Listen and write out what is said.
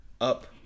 up